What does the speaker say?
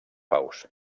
paus